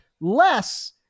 less